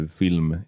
film